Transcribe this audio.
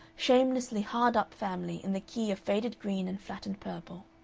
shamelessly hard-up family in the key of faded green and flattened purple,